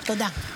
תודה.